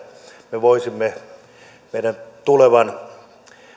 me voisimme käsitellä meidän tulevan